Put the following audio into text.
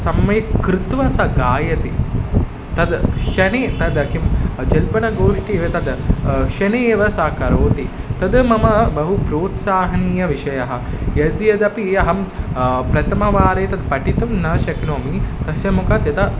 सम्यक् कृत्वा सा गायति तद् क्षणे तद् किं जल्पनं गोष्ठी इव तद् क्षणे एव सा करोति तद् मम बहु प्रोत्साहनीयविषयः यद्यदपि अहं प्रथमवारे तत् पठितुं न शक्नोमि तस्याः मुखात् यदा